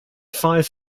five